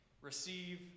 receive